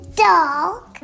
dog